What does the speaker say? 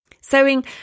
Sewing